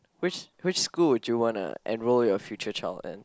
which which school would you wanna enroll your future child in